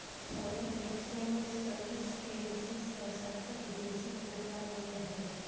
foreign exchange service के विशेष आवश्यकता विदेशी व्यापार में रहेला